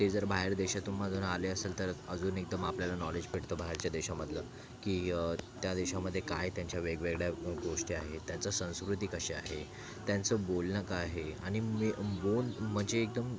ते जर बाहेर देशातून मधून आले असेल तर अजून इथं मग आपल्याला नॉलेज भेटतं बाहेरच्या देशामधलं की त्या देशामध्ये काय त्यांच्या वेगवेगळ्या गोष्टी आहेत त्यांचं संस्कृती कशी आहे त्यांचं बोलणं काय आहे आणि मी बो म्हणजे एकदम